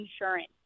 insurance